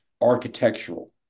architectural